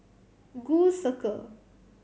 Gul Circle